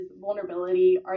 vulnerability